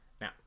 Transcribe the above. Now